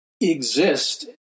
exist